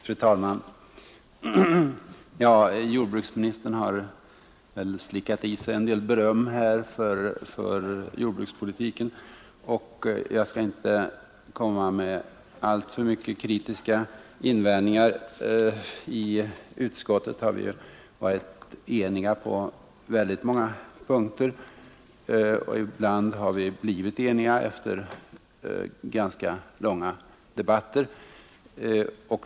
Fru talman! Jordbruksministern har väl slickat i sig en del beröm här för jordbrukspolitiken, och jag skall inte heller komma med alltför mycket kritiska invändningar nu. I utskottet har vi ju varit eniga på många punkter, och ibland har vi blivit eniga efter ganska långa debatter.